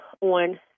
on